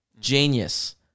Genius